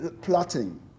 plotting